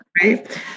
Right